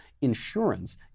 Insurance